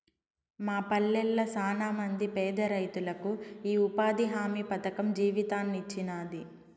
మా పల్లెళ్ళ శానమంది పేదరైతులకు ఈ ఉపాధి హామీ పథకం జీవితాన్నిచ్చినాది